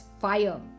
fire